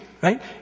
Right